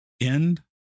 End